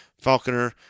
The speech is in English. Falconer